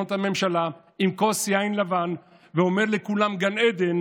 במסדרונות הממשלה עם כוס יין לבן ואומר לכולם "גן עדן"